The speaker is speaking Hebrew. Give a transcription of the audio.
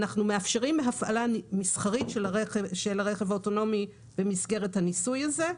אנחנו מאפשרים הפעלה מסחרית של הרכב האוטונומי במסגרת הניסוי הזה,